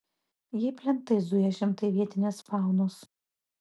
jei plentais zuja šimtai vietinės faunos